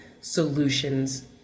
solutions